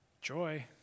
Joy